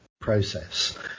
process